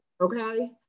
okay